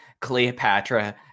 Cleopatra